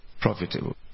profitable